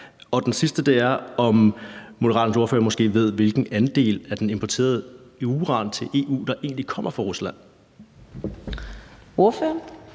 og det sidste er, om Moderaternes ordfører måske ved, hvilken andel af den importerede uran til EU der egentlig kommer fra Rusland. Kl.